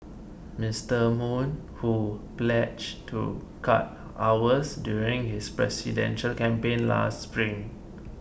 Mister Moon who pledged to cut hours during his presidential campaign last spring